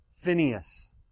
Phineas